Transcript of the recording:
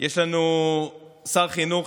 יש לנו שר חינוך